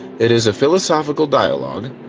it is a philosophical dialog,